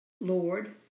Lord